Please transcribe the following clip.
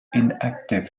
inactive